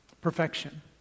perfection